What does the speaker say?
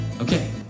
Okay